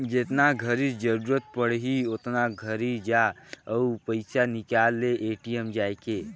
जेतना घरी जरूरत पड़ही ओतना घरी जा अउ पइसा निकाल ले ए.टी.एम जायके